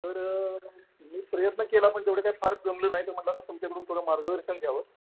तर मी प्रयत्न केला पण तेवढं काय फार जमलं नाही तर म्हटलं आता तुमच्याकडून थोडं मार्गदर्शन घ्यावं